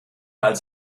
als